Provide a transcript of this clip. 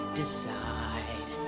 decide